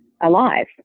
alive